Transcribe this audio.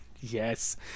yes